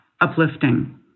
uplifting